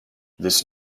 this